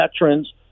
veterans